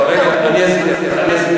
לא, לא, רגע, אני אסביר, אני אסביר.